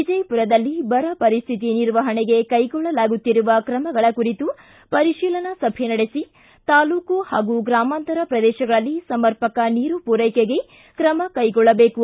ವಿಜಯಪುರದಲ್ಲಿ ಬರ ವರಿಸಿತಿ ನಿರ್ವಹಣಿಗೆ ಕೈಗೊಳ್ಳಲಾಗುತ್ತಿರುವ ಕ್ರಮಗಳ ಕುರಿತು ಪರಿಶೀಲನಾ ಸಭೆ ನಡೆಸಿ ತಾಲೂಕು ಹಾಗೂ ಗ್ರಾಮಾಂತರ ಪ್ರದೇಶಗಳಲ್ಲಿ ಸಮರ್ಪಕ ನೀರು ಪೂರೈಕೆಗೆ ಕ್ರಮ ಕೈಗೊಳ್ಳಬೇಕು